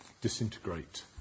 disintegrate